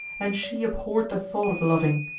and she abhorred the thought of loving.